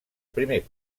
primer